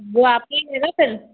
वह आपका ही है ना सर